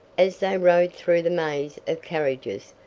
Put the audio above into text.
as they rode through the maze of carriages,